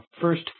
first